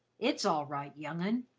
it's all right, young un